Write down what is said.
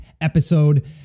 episode